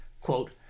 Quote